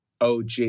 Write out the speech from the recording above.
OG